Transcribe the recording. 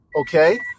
okay